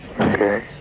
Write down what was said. Okay